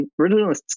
originalists